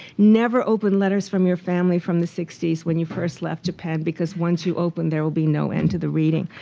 never open letters from your family, from the sixty s, when you first left japan, because once you open, there will be no end to the reading.